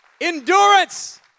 Endurance